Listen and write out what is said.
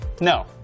no